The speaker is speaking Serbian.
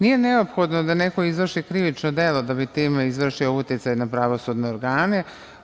Nije neophodno da neko izvrši krivično delo da bi time izvršio uticaj na pravosudne organe.